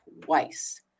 twice